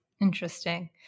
Interesting